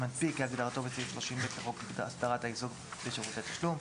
"מנפיק" כהגדרתו בסעיף 30(ב) לחוק הסדרת העיסוק בשירותי תשלום.